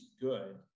good